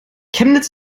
chemnitz